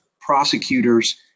prosecutors